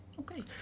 Okay